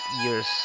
years